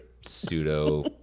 pseudo